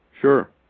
Sure